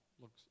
looks